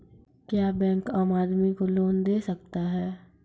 क्या बैंक आम आदमी को लोन दे सकता हैं?